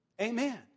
Amen